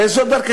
הרי זו דרככם,